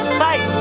fight